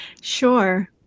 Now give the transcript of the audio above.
Sure